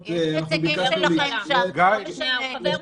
הוא חבר ממשלה,